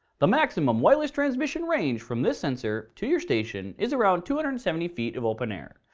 the maximum wireless transmission range, from this sensor to your station is around two hundred and seventy feet of open air.